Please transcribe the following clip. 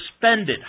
suspended